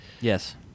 Yes